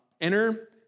enter